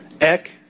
Ek